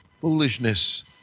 foolishness